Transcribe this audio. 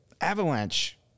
avalanche